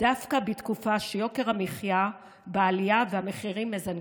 דווקא בתקופה שיוקר המחיה בעלייה והמחירים מזנקים.